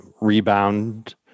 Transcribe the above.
rebound